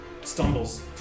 stumbles